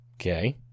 okay